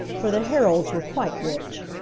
for the herolds were quite rich.